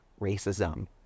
racism